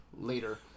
later